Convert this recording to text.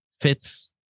fits